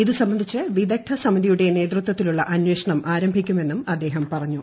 ഇതു സംബന്ധിച്ച് വിദഗ്ധ സമിതിയുടെ നേതൃത്വത്തിലുള്ള അന്വേഷണം ആരംഭിക്കുമെന്നും അദ്ദേഹം പറഞ്ഞു